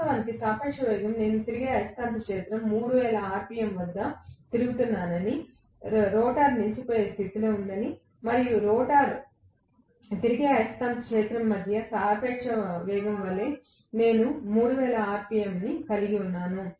వాస్తవానికి సాపేక్ష వేగం నేను తిరిగే అయస్కాంత క్షేత్రం 3000 ఆర్పిఎమ్ వద్ద తిరుగుతున్నానని రోటర్ నిలిచిపోయే స్థితిలో ఉందని రోటర్ మరియు తిరిగే అయస్కాంత క్షేత్రం మధ్య సాపేక్ష వేగం వలె నేను 3000 ఆర్పిఎమ్ కలిగి ఉన్నాను